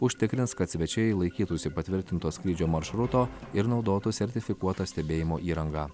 užtikrins kad svečiai laikytųsi patvirtinto skrydžio maršruto ir naudotų sertifikuotą stebėjimo įrangą